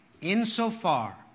Insofar